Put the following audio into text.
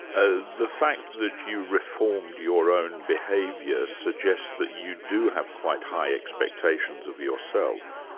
ah the fact that you reformed your own behavior suggests that you do have quite high expectations of yourself.